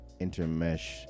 intermesh